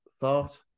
thought